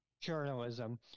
journalism